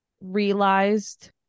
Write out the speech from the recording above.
realized